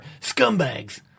Scumbags